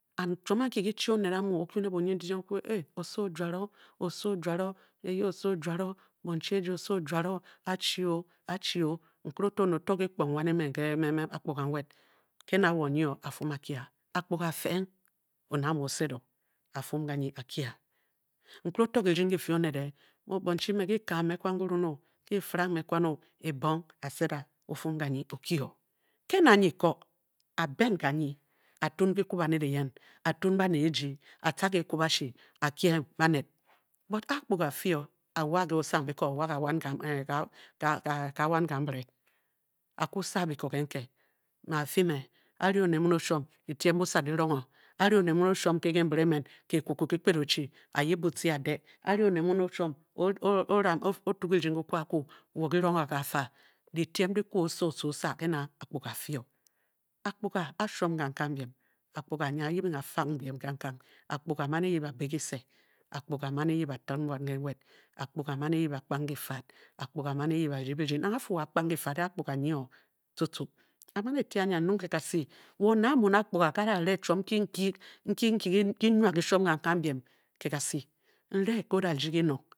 And-chiom anki ki chi oned a mu okyu ne bunyindifitiem o-fu eey. oso o- juane oso o-juane. eyeey oso o-juane o. bonchi eji oso-juane a-chio a-chio nkere eto. oned oto ki kpong wan emen ke akpuga ke na wo nyi o. a-fun a-kye a, akpuga a-feing, oned amu osed o. a-fun ganyi akye. nkere oto kirding kifii oned e. o bonchi mme kikka me kwan kirun o, ki firang me kwang o?ebong? a-seda o-fum gani okyi o. ke na nyi ko, a-ben ganyi a-tun kikwu baned eyen. a tun bane ejii. a-tca ke ekwubashi a-kyeng baned bot a-a akpuga a-fii o, a wa ke oabiko wa hawan kanbire. A-kwu saa boko nke nke. mea-a fii me a-ri oned mun o-shuom kyitum busa kirong o, a-ri oned mun o-shuom. o bu birding kikwa akwu wo ki rong ka fa, dyitiem ki kwu saa osa osaa ke na akpuga a-fii. akpuga ashuom kangkang biem akpuga nyi a-yibing a-fang biem kangkang, akpuga a-man yip a-bįį kise akpuga a-man e-yip a-tiririg buau ke nweel. akpuga a-man eyip a-kpang ki fad, Akpuga a-man eyip a-rdi birding nang a-fu wo a-a kpang nyi o tcuktcuk a-man eti anyi wo gne a-muune akpuga nke a-da re chuom nk nkii. kii ki nwa kishuom kangkang biem ke kasi, nre nle o-da rdi kinong.